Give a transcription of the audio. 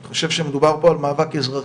אני חושב שמדובר פה על מאבק אזרחי.